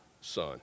son